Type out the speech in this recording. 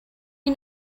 you